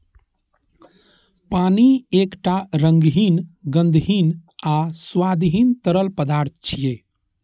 पानि एकटा रंगहीन, गंधहीन आ स्वादहीन तरल पदार्थ छियै